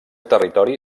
territori